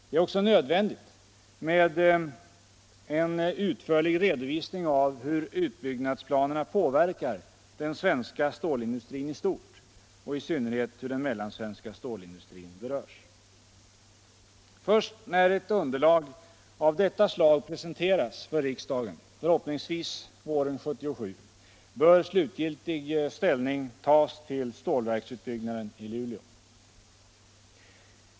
Det är också nödvändigt med en utförlig redovisning av hur utbyggnadsplanerna påverkar den svenska stålindustrin i stort och i synnerhet hur den mellansvenska stålindustrin berörs. Först när ett underlag av detta slag presenterats för riksdagen, förhoppningsvis våren 1977, bör slutgiltig ställning tas till stålverksutbyggnaden i Luleå.